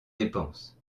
dépenses